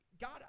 God